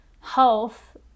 health